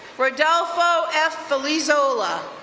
rodolfo f. alizola.